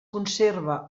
conserva